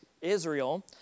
Israel